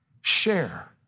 share